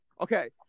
Okay